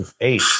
Eight